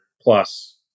plus